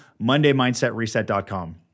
mondaymindsetreset.com